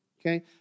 Okay